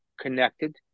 connected